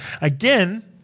Again